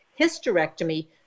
hysterectomy